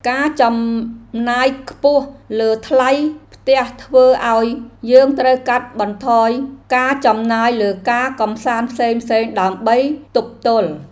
ការចំណាយខ្ពស់លើថ្លៃផ្ទះធ្វើឱ្យយើងត្រូវកាត់បន្ថយការចំណាយលើការកម្សាន្តផ្សេងៗដើម្បីទប់ទល់។